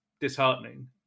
disheartening